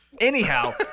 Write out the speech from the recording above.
Anyhow